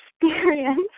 experience